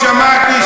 שמעתי,